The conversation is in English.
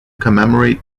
commemorate